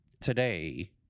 today